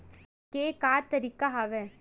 के का तरीका हवय?